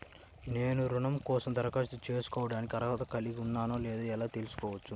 నేను రుణం కోసం దరఖాస్తు చేసుకోవడానికి అర్హత కలిగి ఉన్నానో లేదో ఎలా తెలుసుకోవచ్చు?